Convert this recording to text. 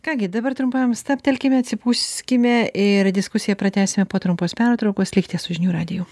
ką gi dabar trumpam stabtelkime atsipūskime ir diskusiją pratęsime po trumpos pertraukos likite su žinių radiju